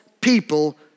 people